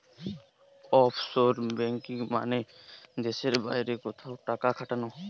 offshore banking মানে দেশের বাইরে কোথাও টাকা খাটানো